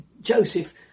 Joseph